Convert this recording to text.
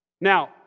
Now